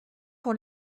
pour